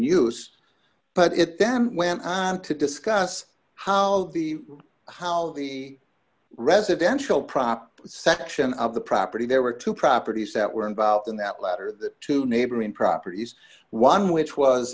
used but it then went on to discuss how the how the residential property section of the property there were two properties that were involved in that letter the two neighboring properties one which was